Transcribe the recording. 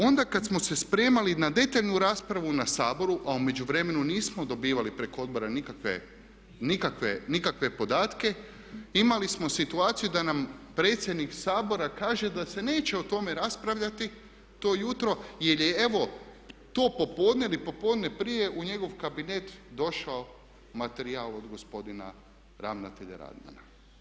Onda kad smo se spremali na detaljnu raspravu na Saboru, a u međuvremenu nismo dobivali preko odbora nikakve podatke, imali smo situaciju da nam predsjednik Sabora kaže da se neće o tome raspravljati to jutro jer je evo to popodne ili popodne prije u njegov kabinet došao materijal od gospodina ravnatelja Radmana.